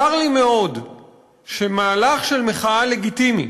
צר לי מאוד שמהלך של מחאה לגיטימית